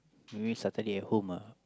maybe Saturday at home ah